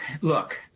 look